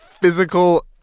physical